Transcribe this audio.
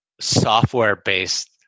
software-based